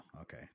Okay